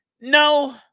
No